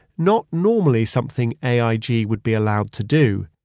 not normally something aig would be allowed to do,